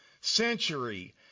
century